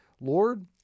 Lord